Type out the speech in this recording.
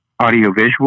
audiovisual